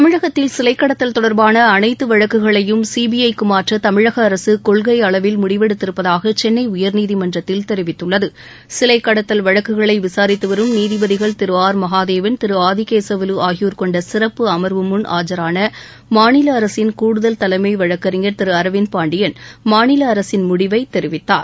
தமிழகத்தில் சிலை கடத்தல் தொடர்பான அனைத்து வழக்குகளையும் சிபிஐ க்கு மாற்ற தமிழக அரசு கொள்கை அளவில் முடிவெடுத்திருப்பதாக சென்னை உயர்நீதிமன்றத்தில் தெரிவித்துள்ளது சிலை கடத்தல் வழக்குகளை விசாரித்து வரும் நீதிபதிகள் திரு ஆர் மகாதேவன் திரு ஆதி கேசவலு ஆகியோர் கொண்ட சிறப்பு அமர்வுமுன் ஆஜரான மாநில அரசின் கூடுதல் தலைமை வழக்கறிஞர் திரு அரவிந்த் பாண்டியன் மாநில அரசின் முடிவை தெரிவித்தார்